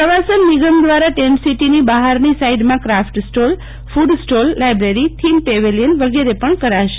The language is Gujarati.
પ્રવાસન નિગમ દ્વારા ટેન્ટસીટીની બફારની સાઇડમાં craft stall food stall library theme pavilion વિગેરે પણ કરાશે